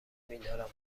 میدارم